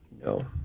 no